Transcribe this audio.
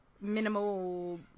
minimal